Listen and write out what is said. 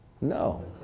No